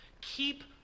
Keep